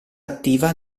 attiva